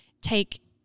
take